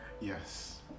Yes